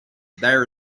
there